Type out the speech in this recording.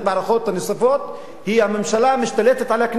הנוספות היא הממשלה המשתלטת על הכנסת,